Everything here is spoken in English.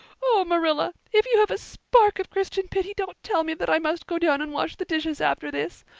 oh, marilla, if you have a spark of christian pity don't tell me that i must go down and wash the dishes after this.